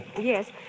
Yes